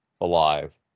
alive